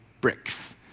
bricks